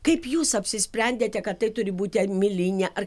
kaip jūs apsisprendėte kad tai turi būti ar milinė ar